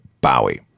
Bowie